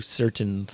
certain